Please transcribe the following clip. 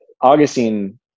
Augustine